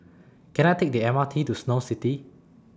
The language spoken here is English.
Can I Take The M R T to Snow City